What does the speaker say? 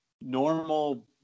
normal